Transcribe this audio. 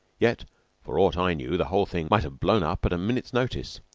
yet for aught i knew, the whole thing might have blown up at a minute's notice,